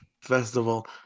festival